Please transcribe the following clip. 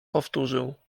powtórzył